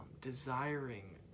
desiring